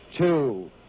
two